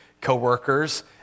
coworkers